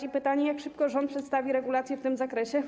I pytanie: Jak szybko rząd przedstawi regulacje w tym zakresie?